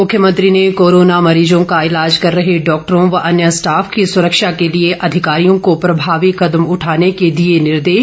मुख्यमंत्री ने कोरोना मरीजों का ईलाज कर रहे डॉक्टरों व अन्य स्टॉफ की सुरक्षा के लिए अधिकारियों को प्रभावी कदम उठाने के दिए निर्देश